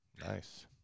Nice